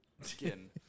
skin